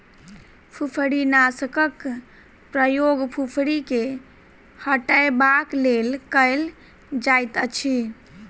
फुफरीनाशकक प्रयोग फुफरी के हटयबाक लेल कयल जाइतअछि